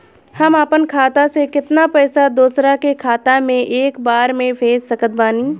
हम अपना खाता से केतना पैसा दोसरा के खाता मे एक बार मे भेज सकत बानी?